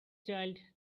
child